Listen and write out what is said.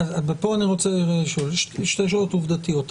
ופה אני רוצה לשאול שתי שאלות עובדתיות.